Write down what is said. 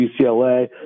UCLA